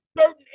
certain